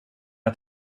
att